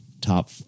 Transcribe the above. Top